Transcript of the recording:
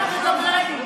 את מדברת?